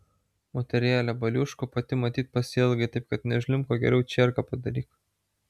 moterėle baliuškų pati matyt pasiilgai taip kad nežliumbk o geriau čierką padaryk